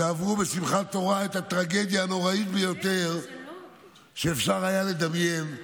שעברו בשמחת תורה את הטרגדיה הנוראית ביותר שאפשר היה לדמיין,